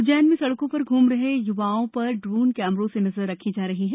उज्जैन में सड़कों पर घूम रहे युवकों पर ड्रोन कैमरे से नजर रखी जा रही है